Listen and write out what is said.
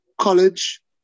College